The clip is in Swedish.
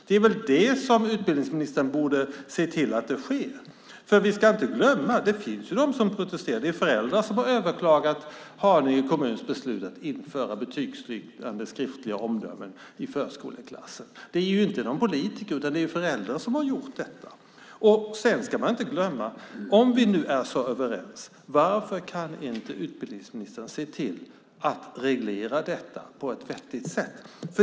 Det är väl att se till att det sker som utbildningsministern borde göra. Vi ska inte glömma att det finns de som protesterar. Föräldrar har överklagat Haninge kommuns beslut att införa betygsliknande skriftliga omdömen i förskoleklasser. Det är inte någon politiker utan föräldrar som har gjort detta. Sedan ska man inte heller glömma: Om vi nu är så överens, varför kan inte utbildningsministern se till att reglera detta på ett vettigt sätt?